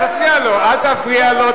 אל תפריע לו.